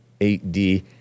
8D